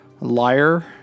liar